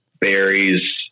berries